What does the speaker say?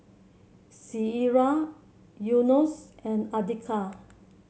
Syirah Yunos and Andika